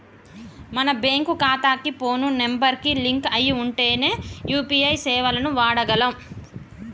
మన బ్యేంకు ఖాతాకి phone number కి లింక్ అయ్యి ఉంటేనే యూ.పీ.ఐ సేవలను వాడగలం